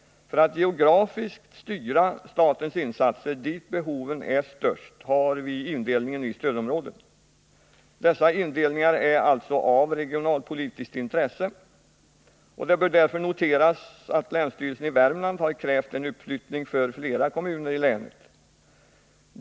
För att geografiskt styra statens insatser dit där behoven är störst har vi indelningen i stödområden. Dessa indelningar är alltså av regionalpolitiskt intresse. Det bör därför noteras att länsstyrelsen i Värmland har krävt en uppflyttning för flera kommuner i länet.